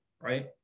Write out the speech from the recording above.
right